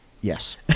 Yes